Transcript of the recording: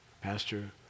Pastor